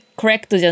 correct